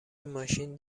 ماشین